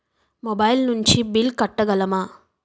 Mobile నుంచి bill కట్టగలమ?